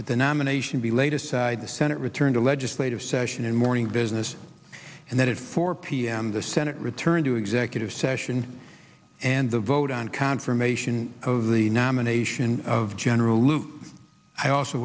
that the nomination be laid aside the senate return to legislative session and morning business and that it four p m the senate return to executive session and the vote on confirmation of the nomination of general lute i also